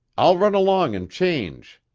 i'll run along and change.